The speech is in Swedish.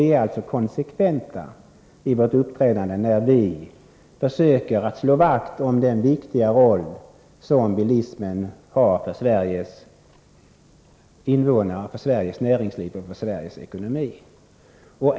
Vi är alltså konsekventa i vårt uppträdande när vi försöker slå vakt om den viktiga roll som bilismen har för Sveriges invånare, för Sveriges näringsliv och för Sveriges ekonomi.